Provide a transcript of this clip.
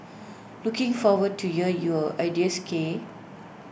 looking forward to hear your ideas K